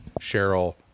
Cheryl